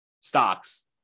stocks